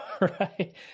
right